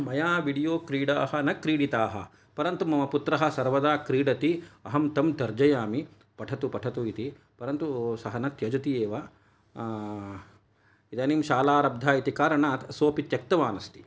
मया विडियो क्रीडाः न क्रीडिताः परन्तु मम पुत्रः सर्वदा क्रीडति अहं तं तर्जयामि पठतु पठतु इति परन्तु सः न त्यजति एव इदानीं शालारब्धा इति कारणात् सोपि त्यक्तवान् अस्ति